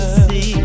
see